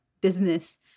business